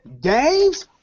games